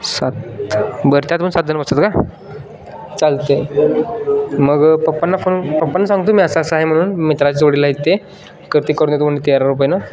सात बरं त्यात पण सातजण बसतात का चालते मग पप्पांना फोन पप्पांना सांगतो मी असं असं आहे म्हणून मित्राच्या जोडीला येते करते करून देतो म्हणून तेरा रुपयेनं